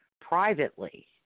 privately